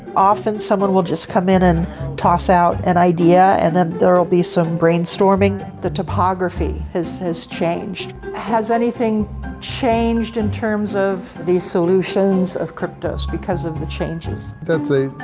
often someone will just come in and toss out an idea and then, there will be some brainstorming. the topography has has changed. has anything changed in terms of the solutions of kryptos because of the changes? that's a,